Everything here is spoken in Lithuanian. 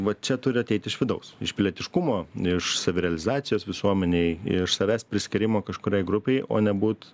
va čia turi ateiti iš vidaus iš pilietiškumo iš savirealizacijos visuomenėj iš savęs priskyrimo kažkuriai grupei o nebūt